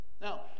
Now